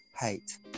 hate